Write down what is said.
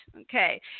Okay